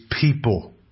people